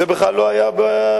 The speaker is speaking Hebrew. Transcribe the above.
זה בכלל לא היה שיקול.